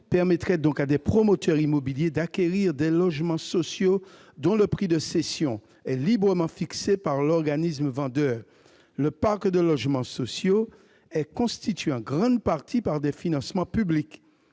permettrait donc à des promoteurs immobiliers d'acquérir des logements sociaux dont le prix de cession est librement fixé par l'organisme vendeur. Le parc de logements sociaux est constitué, en grande partie, par des financements publics.